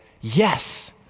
yes